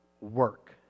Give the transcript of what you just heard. work